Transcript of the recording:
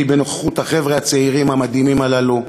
בנוכחות החבר'ה הצעירים המדהימים הללו,